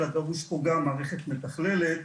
אלא דרושה פה גם מערכת מתכללת.